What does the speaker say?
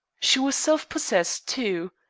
she was self-possessed, too.